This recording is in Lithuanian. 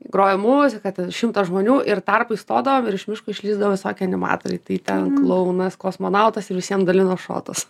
grojo muzika ten šimtas žmonių ir tarpais stodavo virš miško išlįsdavo visokie animatoriai tai ten klounas kosmonautas ir visiem dalino šotus